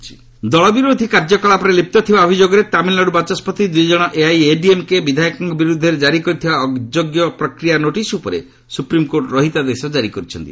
SC TN ଏମଏଲ୍ଏକ୍ ଦଳ ବିରୋଧୀ କାର୍ଯ୍ୟକଳାପରେ ଲିପ୍ତ ଥିବା ଅଭିଯୋଗରେ ତାମିଲ୍ନାଡୁ ବାଚସ୍କତି ଦୁଇ ଜଣ ଏଆଇଏଡିଏମ୍କେ ବିଧାୟକଙ୍କ ବିରୁଦ୍ଧରେ ଜାରି କରିଥିବା ଅଯୋଗ୍ୟ ପ୍ରକ୍ରିୟା ନୋଟିସ୍ ଉପରେ ସୁପ୍ରିମ୍କୋର୍ଟ ରହିତାଦେଶ ଜାରି କରିଛନ୍ତି